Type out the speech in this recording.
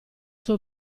sua